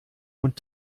und